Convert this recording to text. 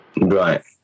Right